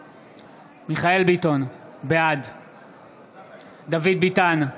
בעד מיכאל מרדכי ביטון, בעד דוד ביטן,